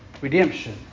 redemption